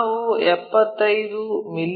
ನಾವು 75 ಮಿ